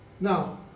Now